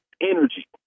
energy